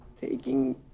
taking